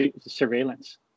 surveillance